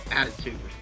attitude